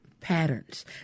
patterns